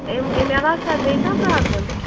أمۍ اَمہِ عَلاوٕ چھِ حظ بیٚیہِ کانٛہہ پرٛابلِم